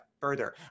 further